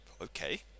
Okay